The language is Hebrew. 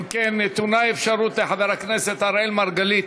אם כן, נתונה אפשרות לחבר הכנסת אראל מרגלית.